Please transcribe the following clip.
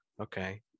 Okay